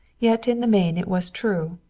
yet in the main it was true.